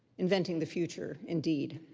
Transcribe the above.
inventing the future indeed.